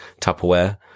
Tupperware